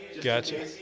gotcha